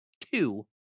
Two